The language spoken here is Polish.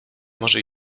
może